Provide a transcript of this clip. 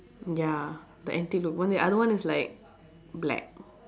ya the antique look one the other one is like black